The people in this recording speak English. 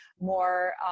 more